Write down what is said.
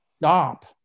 stop